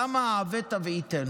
למה "העבט תעביטנו"?